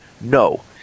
No